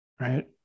right